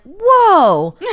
whoa